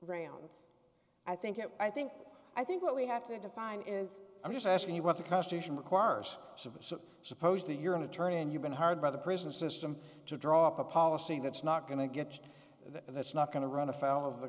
rounds i think it i think i think what we have to define is i'm just asking you what the constitution requires of us suppose the you're an attorney and you've been hired by the prison system to draw up a policy that's not going to get that that's not going to run afoul of the